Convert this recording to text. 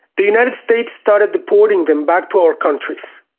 the united states started deporting them back to our countries,